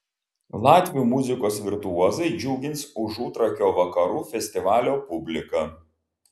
latvių muzikos virtuozai džiugins užutrakio vakarų festivalio publiką